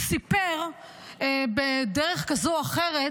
סיפר בדרך כזאת או אחרת